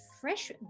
fresh